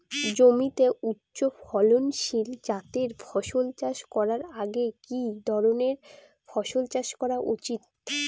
জমিতে উচ্চফলনশীল জাতের ফসল চাষ করার আগে কি ধরণের ফসল চাষ করা উচিৎ?